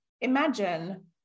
Imagine